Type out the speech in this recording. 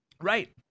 Right